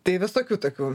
tai visokių tokių